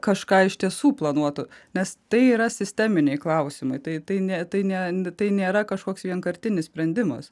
kažką iš tiesų planuotų nes tai yra sisteminiai klausimai tai ne tai ne ne tai nėra kažkoks vienkartinis sprendimas